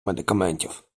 медикаментів